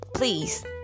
Please